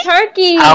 Turkey